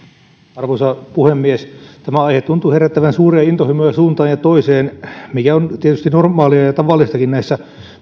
arvoisa puhemies tämä aihe tuntuu herättävän suuria intohimoja suuntaan ja toiseen mikä on tietysti normaalia ja tavallistakin näissä